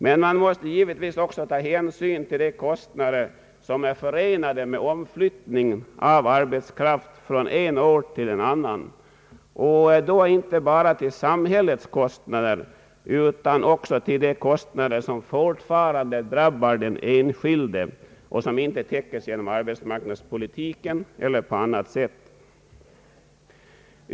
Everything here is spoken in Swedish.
Men man måste givetvis också ta hänsyn till de kostnader som är förenade med omiflyttning av arbetskraft från en ort till en annan, och då inte bara till samhällets kostnader utan också till de kostnader som fortfarande drabbar den enskilde och som inte täckes genom arbetsmarknadspolitiska åtgärder eller på annat sätt.